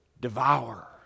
devour